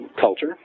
culture